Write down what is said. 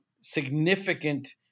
significant